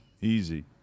Easy